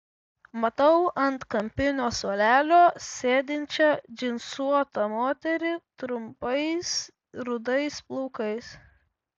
matau ant kampinio suolelio sėdinčią džinsuotą moterį trumpais rudais plaukais